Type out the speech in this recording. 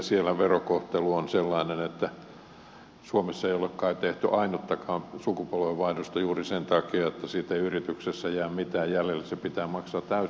siellä verokohtelu on sellainen että suomessa ei ole kai tehty ainuttakaan sukupolvenvaihdosta juuri sen takia että siitä ei yrityksessä jää mitään jäljelle se pitää maksaa täysmääräisenä heti